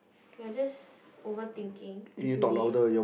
you're just overthinking into it